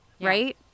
right